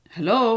Hello